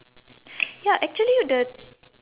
ya actually the